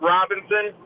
Robinson